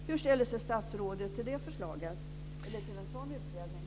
Hur ställer sig statsrådet till en sådan utredning?